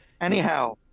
anyhow